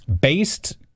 Based